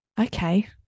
Okay